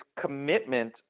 commitment